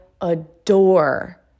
Adore